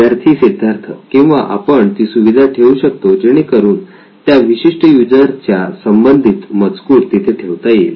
विद्यार्थी सिद्धार्थ किंवा आपण ती सुविधा ठेवू शकतो जेणेकरून त्या विशिष्ट युजर च्या संबंधित मजकूर तिथे ठेवता येईल